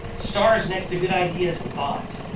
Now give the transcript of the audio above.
stars next to good ideas and thoughts.